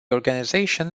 organization